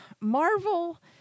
Marvel